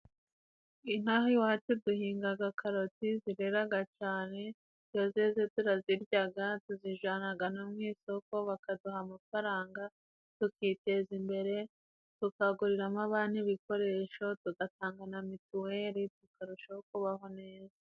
Inaha iwacu duhingaga karoti, zireraga cane iyo zeze turaziryaga, tuzijyanaga no mu isoko bakaduha amafaranga tukiteza imbere tukaguriramo, abana ibikoresho tugatanga na mituweli tukarushaho kubaho neza.